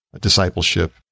discipleship